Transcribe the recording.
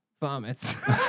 vomits